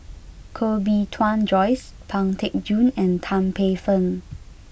Koh Bee Tuan Joyce Pang Teck Joon and Tan Paey Fern